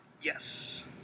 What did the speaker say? Yes